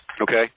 Okay